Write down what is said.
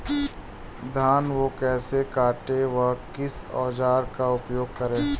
धान को कैसे काटे व किस औजार का उपयोग करें?